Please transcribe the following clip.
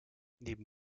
neben